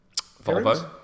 Volvo